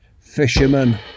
fisherman